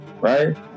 Right